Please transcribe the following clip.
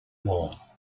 wall